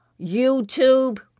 YouTube